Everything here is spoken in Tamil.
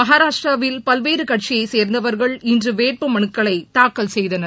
மகாராஷ்டிராவில் பல்வேறு கட்சியை சேர்ந்தவர்கள் இன்று வேட்பு மனுக்களை தாக்கல் செய்தனர்